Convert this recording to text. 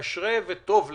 אשריך וטוב לך,